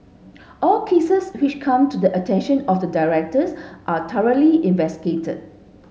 all cases which come to the attention of the directors are thoroughly investigated